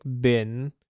bin